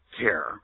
care